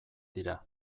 dira